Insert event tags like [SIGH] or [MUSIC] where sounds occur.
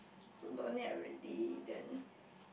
so no need already then [BREATH]